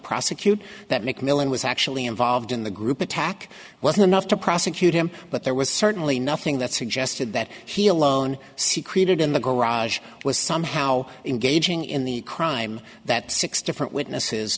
prosecute that mcmillan was actually involved in the group attack wasn't enough to prosecute him but there was certainly nothing that suggested that he alone see created in the garage was somehow engaging in the crime that six different witnesses